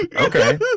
Okay